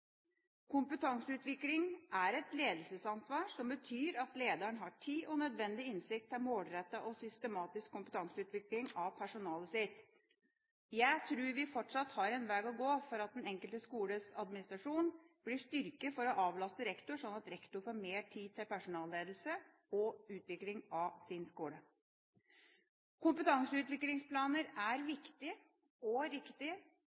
Kompetanseutvikling er et ledelsesansvar, som betyr at lederen har tid til og nødvendig innsikt i målrettet og systematisk kompetanseutvikling av personalet sitt. Jeg tror vi fortsatt har en vei å gå for at den enkelte skoles administrasjon blir styrket når det gjelder å avlaste rektor, slik at rektor får mer tid til personalledelse og utvikling av sin skole. Kompetanseutviklingsplaner er viktig og riktig,